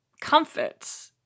comforts